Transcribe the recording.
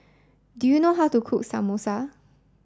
do you know how to cook Samosa